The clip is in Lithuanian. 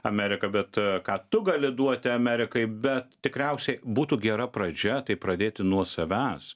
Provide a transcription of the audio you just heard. amerika bet ką tu gali duoti amerikai bet tikriausiai būtų gera pradžia tai pradėti nuo savęs